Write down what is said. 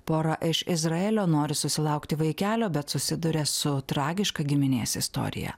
pora iš izraelio nori susilaukti vaikelio bet susiduria su tragiška giminės istorija